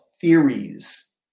theories